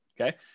okay